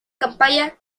campaña